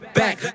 back